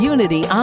Unity